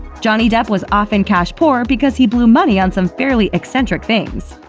johnny depp was often cash poor because he blew money on some fairly eccentric things.